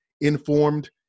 informed